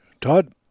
Todd